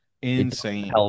Insane